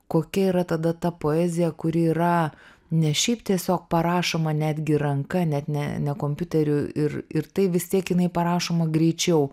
kokia yra tada ta poezija kuri yra ne šiaip tiesiog parašoma netgi ranka net ne ne kompiuteriu ir ir tai vis tiek jinai parašoma greičiau